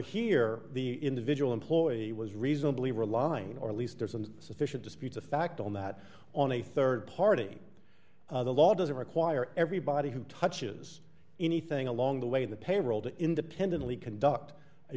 here the individual employee was reasonably relying or at least there's a sufficient dispute the fact on that on a rd party the law doesn't require everybody who touches anything along the way the payroll to independently conduct a